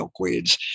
milkweeds